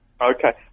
Okay